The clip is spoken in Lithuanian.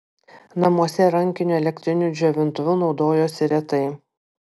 namuose rankiniu elektriniu džiovintuvu naudojosi retai